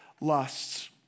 lusts